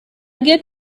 get